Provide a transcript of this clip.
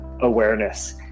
awareness